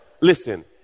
Listen